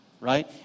Right